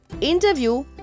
interview